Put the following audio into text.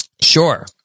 sure